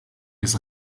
des